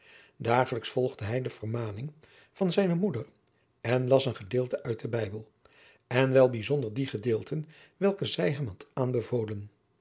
dagelijks volgde hij de vermaning van zijne moeder en las een gedeelte uit den bijbel en wel bijzonder die gedeelten welke zij hem had aanbevolen